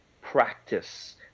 practice